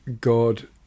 God